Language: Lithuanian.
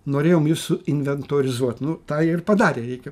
norėjom jus suinventorizuot nu tą ir padarė reikia